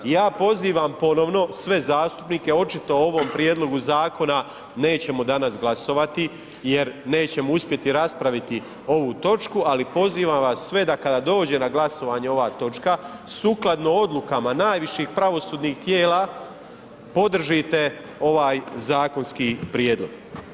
I ja pozivam ponovno sve zastupnike očito o ovom prijedlogu zakona nećemo danas glasovati jer nećemo uspjeti raspraviti ovu točku, ali pozivam vas sve da kada dođe na glasovanje ova točka, sukladno odlukama najviših pravosudnih tijela podržite ovaj zakonski prijedlog.